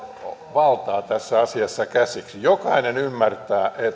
valtaa tässä asiassa käsiksi jokainen ymmärtää että